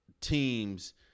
Teams